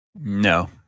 No